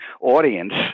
audience